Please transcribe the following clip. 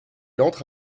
entre